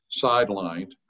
sidelined